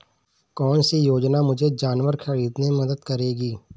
कौन सी योजना मुझे जानवर ख़रीदने में मदद करेगी?